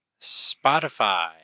Spotify